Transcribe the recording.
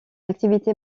activité